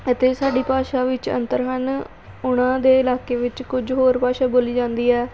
ਅਤੇ ਸਾਡੀ ਭਾਸ਼ਾ ਵਿੱਚ ਅੰਤਰ ਹਨ ਉਨ੍ਹਾਂ ਦੇ ਇਲਾਕੇ ਵਿੱਚ ਕੁਝ ਹੋਰ ਭਾਸ਼ਾ ਬੋਲੀ ਜਾਂਦੀ ਹੈ